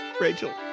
Rachel